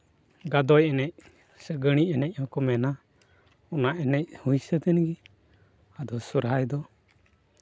ᱜᱟᱫᱚᱭ ᱮᱱᱮᱡ ᱥᱮ ᱜᱟᱺᱲᱤ ᱮᱱᱮᱡ ᱦᱚᱸᱠᱚ ᱢᱮᱱᱟ ᱚᱱᱟ ᱮᱱᱮᱡ ᱦᱩᱭ ᱥᱟᱹᱛ ᱮᱱᱜᱮ ᱟᱫᱚ ᱥᱚᱨᱦᱟᱭ ᱫᱚ